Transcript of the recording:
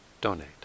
donate